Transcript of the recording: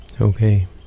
Okay